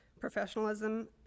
professionalism